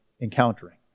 encountering